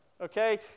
Okay